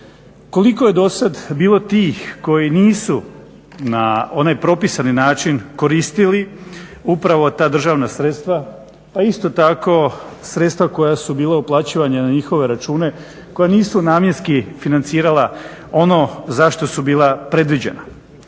koliko je do sad bilo tih koji nisu na onaj propisani način koristili upravo ta državna sredstva pa isto tako sredstva koja su bila uplaćivana na njihove račune, koja nisu namjenski financirala ono za što su bila predviđena?